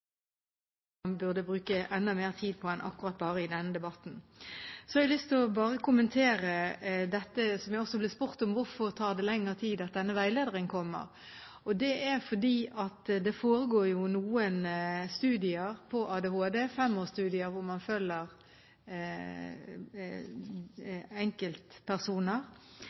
man burde bruke enda mer tid på enn akkurat bare denne debatten. Så har jeg lyst til å kommentere det jeg også ble spurt om, om hvorfor det tar lengre tid før denne veilederen kommer. Det er fordi det foregår studier på ADHD, femårsstudier – man følger enkeltpersoner